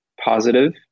positive